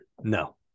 No